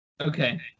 okay